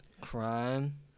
Crime